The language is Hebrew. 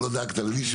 לא דאגת למישהו?